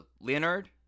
Leonard